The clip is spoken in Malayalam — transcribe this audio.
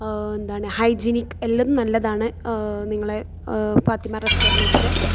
എന്താണ് ഹൈജീനിക് എല്ലാം നല്ലതാണ് നിങ്ങളെ ഫാത്തിമാ റെസ്റ്റോറൻറ്റിടിൻ്റെ